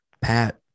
pat